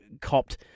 copped